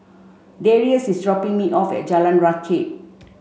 Darrius is dropping me off at Jalan Rakit